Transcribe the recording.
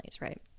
right